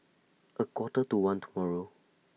A Quarter to one tomorrow